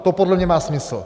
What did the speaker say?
To podle mě má smysl.